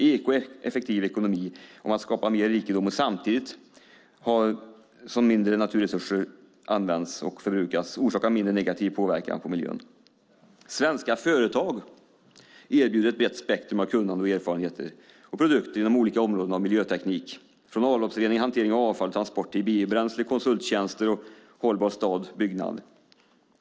Ekoeffektiv ekonomi kommer att skapa mer rikedom, samtidigt som mindre naturresurser används och förbrukas, vilket har en mindre negativ påverkan på miljön. Svenska företag erbjuder ett brett spektrum av kunnande, erfarenhet och produkter inom olika områden av miljöteknik, från avloppsrening, hantering av avfall och transport till biobränsle, konsulttjänster och hållbar stad-byggnad.